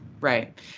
Right